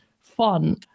fun